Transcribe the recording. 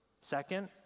Second